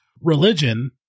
Religion